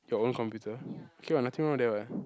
your own computer K what nothing wrong with that what